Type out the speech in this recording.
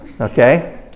okay